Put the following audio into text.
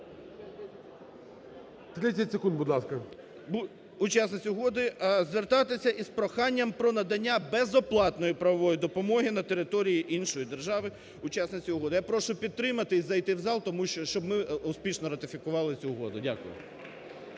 30 секунд, будь ласка.